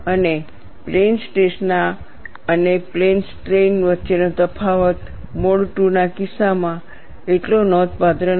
અને plane stress ના અને પ્લેન સ્ટ્રેઈન વચ્ચેનો તફાવત મોડ II ના કિસ્સામાં એટલો નોંધપાત્ર નથી